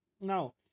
now